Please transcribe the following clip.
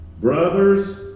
Brothers